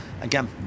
again